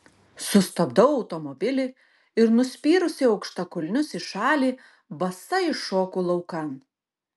sustabdau automobilį ir nuspyrusi aukštakulnius į šalį basa iššoku laukan